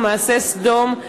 או מעשה סדום,